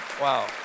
wow